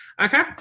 Okay